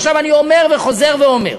עכשיו אני אומר וחוזר ואומר: